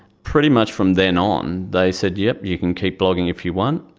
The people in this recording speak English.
pretty much from then on they said yes you can keep blogging if you want.